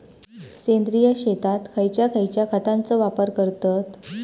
सेंद्रिय शेतात खयच्या खयच्या खतांचो वापर करतत?